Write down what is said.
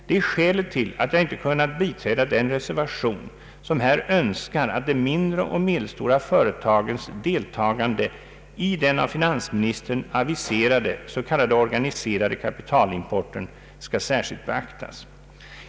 Det är skälet till att jag inte kunnat biträda den reservation som här önskar att de mindre och medelstora företagens deltagande i den av finansministern aviserade s.k. organiserade kapitalimporten skall särskilt beaktas.